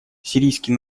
сирийский